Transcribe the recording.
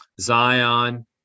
Zion